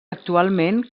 actualment